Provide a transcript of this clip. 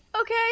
Okay